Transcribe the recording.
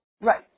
Right